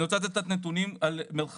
אני רוצה לתת קצת נתונים על מרחבים,